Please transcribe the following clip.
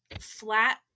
flat